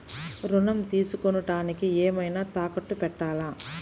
ఋణం తీసుకొనుటానికి ఏమైనా తాకట్టు పెట్టాలా?